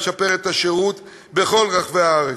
לשפר את השירות בכל רחבי הארץ.